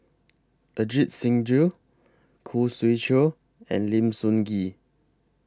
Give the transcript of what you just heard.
Ajit Singh Gill Khoo Swee Chiow and Lim Sun Gee